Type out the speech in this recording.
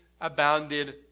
abounded